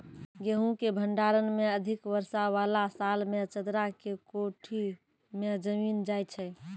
गेहूँ के भंडारण मे अधिक वर्षा वाला साल मे चदरा के कोठी मे जमीन जाय छैय?